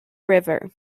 river